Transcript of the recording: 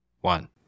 one